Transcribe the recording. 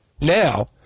now